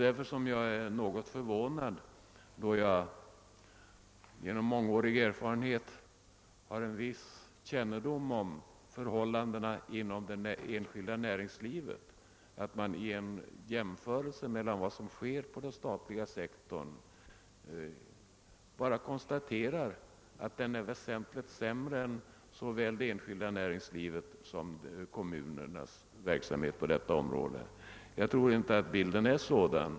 Då jag genom mångårig erfarenhet har en viss kännedom om förhållandena inom det enskilda näringslivet är jag förvånad över att man vid en jämförel-: se mellan vad som sker inom den statliga sektorn bara konstaterar att detta är väsentligt sämre än det enskilda näringslivets och kommunernas: verksamhet på detta område. Jag tror inte att bilden är sådan.